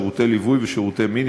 שירותי ליווי ושירותי מין,